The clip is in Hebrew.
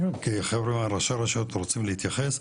כי חבר'ה מראשי הרשויות רוצים להתייחס,